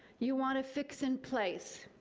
you want a fix in place.